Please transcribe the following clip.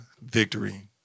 victory